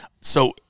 So-